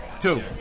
two